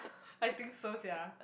I think so sia